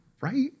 right